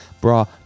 bra